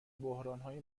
بحرانهای